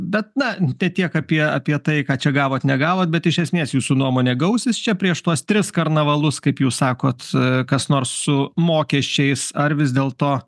bet na tai tiek apie apie tai ką čia gavot negavot bet iš esmės jūsų nuomone gausis čia prieš tuos tris karnavalus kaip jūs sakot kas nors su mokesčiais ar vis dėlto